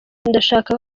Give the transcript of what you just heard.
ndashaka